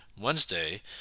Wednesday